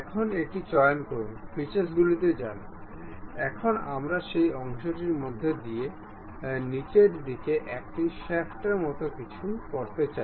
এখন এটি চয়ন করুন ফিচার্সগুলিতে যান এখন আমরা সেই অংশটির মধ্য দিয়ে নীচের দিকে একটি শ্যাফটের মতো কিছু করতে চাই